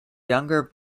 younger